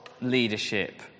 leadership